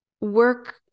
work